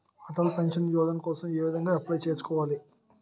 Atal pension Yojana కోసం ఏ విధంగా అప్లయ్ చేసుకోవాలి?